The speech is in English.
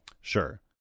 sure